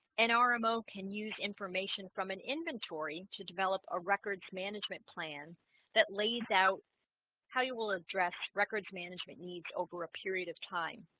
and our mo can use information from an inventory to develop a records management plan that lays out how you will address records management needs over a period of time